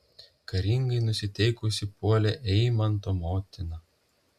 karingai nusiteikusi puolė eimanto motina